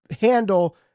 handle